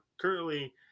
currently